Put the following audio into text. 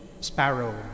sparrow